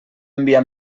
enviar